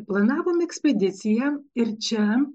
planavom ekspediciją ir čia